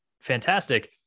fantastic